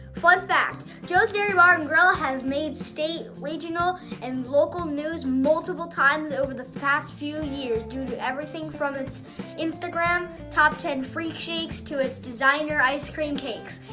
fun fact joe's dairy bar and grill has made state, regional and local news multiple times over the last few years due to everything from its instagram top ten freak shakes to its designer ice cream cakes.